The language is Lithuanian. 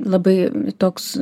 labai toks